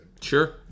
Sure